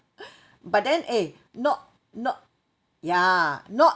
but then eh not not ya not